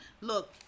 look